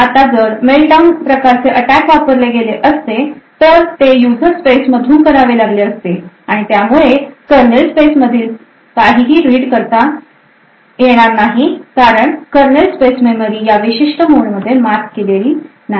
आता जर meltdown प्रकारचे अटॅक वापरले गेले असते तर ते यूजर स्पेस मधून करावे लागले असते आणि त्यामुळे करनेल स्पेस मधील काहीही रीड करता येणार नाही कारण कर्नल स्पेस मेमरी या विशिष्ट मोडमध्ये मॅप केलेली नाही